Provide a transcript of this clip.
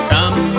Come